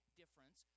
difference